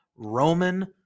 Roman